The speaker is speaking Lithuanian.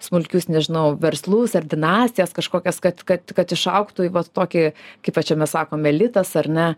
smulkius nežinau verslus ar dinastijas kažkokias kad kad kad išaugtų į vat tokį kaip va čia mes sakom litas ar ne